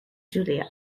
julia